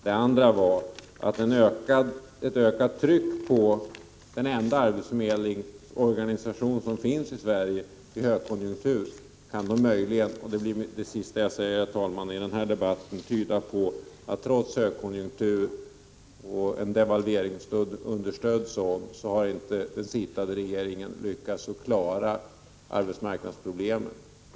Det andra var att ett ökat tryck på den enda arbetsförmedlingsorganisation som finns i Sverige möjligen kan tyda på — det blir, herr talman, det sista jag säger i den här debatten — att trots högkonjunktur, en devalveringsunderstödd sådan, har den sittande regeringen inte lyckats att klara arbetsmarknadsproblemen.